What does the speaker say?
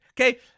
okay